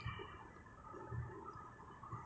uh personally I dislike people who